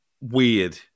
weird